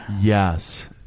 Yes